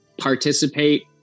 participate